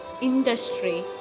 industry